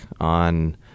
on